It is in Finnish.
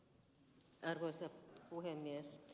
arvoisa puhemies